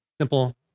Simple